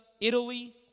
Italy